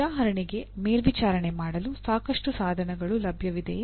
ಉದಾಹರಣೆಗೆ ಮೇಲ್ವಿಚಾರಣೆ ಮಾಡಲು ಸಾಕಷ್ಟು ಸಾಧನಗಳು ಲಭ್ಯವಿದೆಯೇ